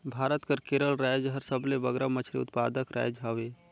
भारत कर केरल राएज हर सबले बगरा मछरी उत्पादक राएज हवे